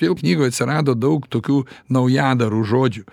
jau knygoj atsirado daug tokių naujadarų žodžių